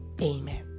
Amen